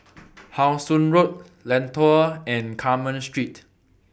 How Sun Road Lentor and Carmen Street